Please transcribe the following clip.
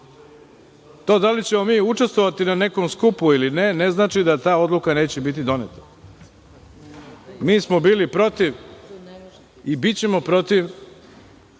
To da li ćemo mi učestvovati na nekom skupu ili ne, ne znači da ta odluka neće biti doneta. Mi smo bili protiv i bićemo protiv,